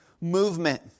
movement